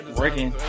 working